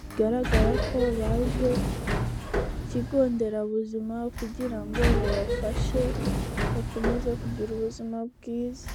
bigaragara ko baje ku kigo nderabuzima kugira ngo babafashe, bakomeze kugira ubuzima bwiza.